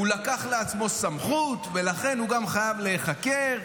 לקח לעצמו סמכות ולכן הוא גם חייב להיחקר.